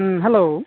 ᱦᱮᱸ ᱦᱮᱞᱳ